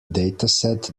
dataset